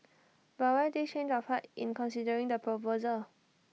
but why this change of heart in considering the proposal